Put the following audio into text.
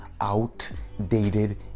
outdated